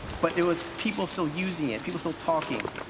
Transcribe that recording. but it was people still using it, people still talking,